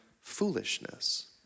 foolishness